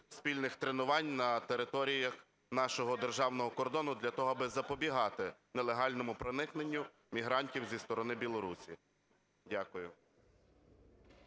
спільних тренувань на територіях нашого державного кордону для того, аби запобігати нелегальному проникненню мігрантів зі сторони Білорусі? Дякую.